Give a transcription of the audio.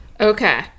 Okay